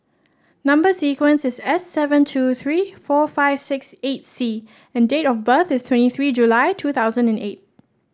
number sequence is S seven two three four five six eight C and date of birth is twenty three July two thousand and eight